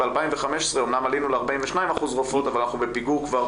ב-2015 אמנם עלינו ל-42% רופאות אבל אנחנו בפיגור כבר